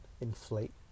inflate